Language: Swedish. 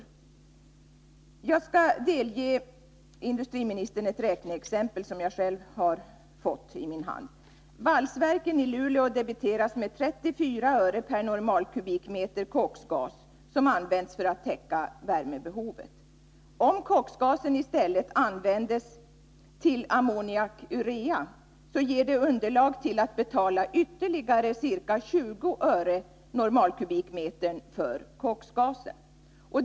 samhet Jag skall delge industriministern ett räkneexempel som jag själv har fått i min hand. Valsverken i Luleå debiteras med 34 öre per normalkubikmeter koksgas som används för att täcka värmebehovet. Om koksgasen i stället användes till ammoniak/urea, skulle det ge underlag till att betala ytterligare ca 20 öre normalkubikmetern för koksgasen.